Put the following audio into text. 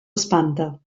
espanta